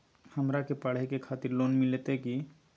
हमरा के पढ़े के खातिर लोन मिलते की?